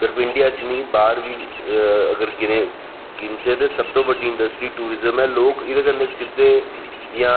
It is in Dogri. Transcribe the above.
सिर्फ इंडिया च गै नेंई बाहर बी अगर गिनचै तां सब तूं बड्डी इंडस्ट्री टूंरीजम ऐ लोक एह्दे कन्नै सिद्धे हा